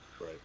Right